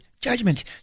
judgment